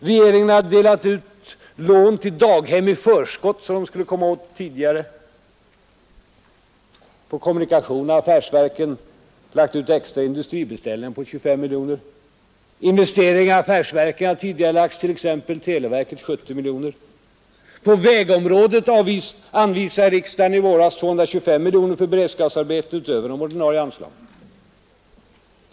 Regeringen har delat ut lån till daghem i förskott för att de skulle komma åt dem tidigare. På kommunikationsdepartementets område har affärsverken lagt ut extra industribeställningar för 25 miljoner, investeringar i affärsverk har tidigarelagts, t.ex. i televerket 70 miljoner. På vägområdet anvisade riksdagen i våras 225 miljoner för beredskapsarbeten utöver de ordinarie anslagen.